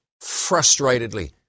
frustratedly